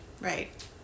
Right